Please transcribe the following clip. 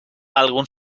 algun